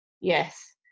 Yes